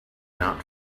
not